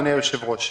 אדוני היושב-ראש,